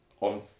on